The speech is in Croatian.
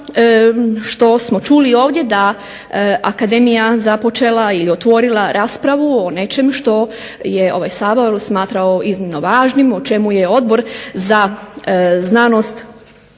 što smo čuli ovdje da je akademija započela i otvorila raspravu o nečem što je ovaj Sabor smatrao iznimno važnim, o čemu je Odbor za znanost,